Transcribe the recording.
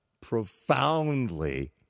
profoundly